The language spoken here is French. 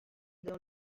dans